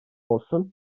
olsun